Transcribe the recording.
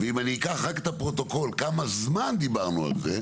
ואם אני אקח רק את הפרוטוקול כמה זמן דיברנו על זה,